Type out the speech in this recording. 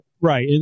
right